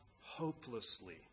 hopelessly